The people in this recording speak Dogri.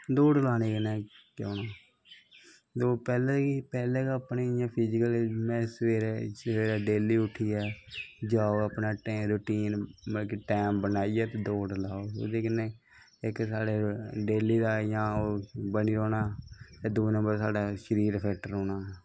दौड़ लानें कन्नै केह् होना पैह्लें ते फिजिकल अपने सवेरैं डेल्ली उट्ठियै जां ते अपनी रोटीन टैम बनाइयै दौड़ लाओ ओह्दे कन्नै इक साढ़ा डेल्ली दा ओह् बनी दा होना दुआ नंबर साढ़ा शरीर फिट्ट रौह्ना